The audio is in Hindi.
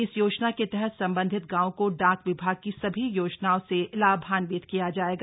इस योजना के तहत संबंधित गांवों को डाक विभाग की सभी योजनाओं से लाभान्वित किया जाएगा